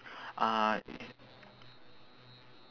uh it's